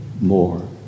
more